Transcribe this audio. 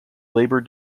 labor